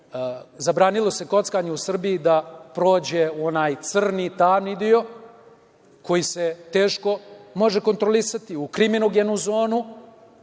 zabranilo kockanje u Srbiji, da prođe onaj crni, tamni deo koji se teško može kontrolisati, u kriminogenu zonu,